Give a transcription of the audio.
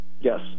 Yes